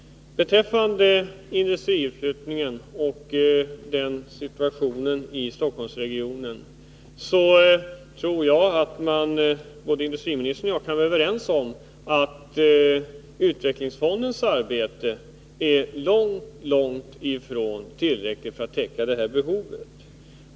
Beträffande industriutflyttningen och situationen i Stockholmsregionen tror jag att industriministern och jag kan vara överens om att utvecklingsfondens arbete är långt ifrån tillräckligt för att täcka det behovet.